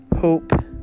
hope